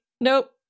Nope